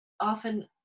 often